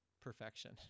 perfection